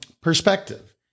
perspective